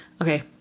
okay